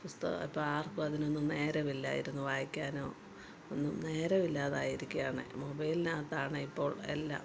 പുസ്തകം ഇപ്പം ആർക്കും അതിനൊന്നും നേരമില്ലായിരുന്നു വായിക്കാനോ ഒന്നും നേരമില്ലാതായിരിക്കയാണ് മൊബൈലിനകത്താണ് ഇപ്പോൾ എല്ലാം